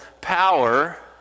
power